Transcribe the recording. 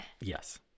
yes